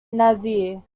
nazir